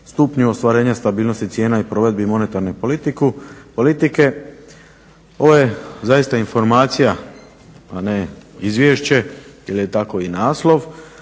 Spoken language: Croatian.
stupnju ostvarenja stabilnosti cijena i provedbi monetarne politike. Ovo je zaista informacija, a ne izvješće, jer je tako i naslov